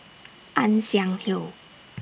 Ann Siang Hill